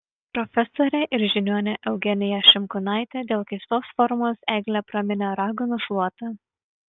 profesorė ir žiniuonė eugenija šimkūnaitė dėl keistos formos eglę praminė raganų šluota